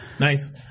Nice